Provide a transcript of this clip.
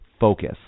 Focus